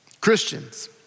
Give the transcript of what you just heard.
Christians